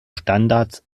standards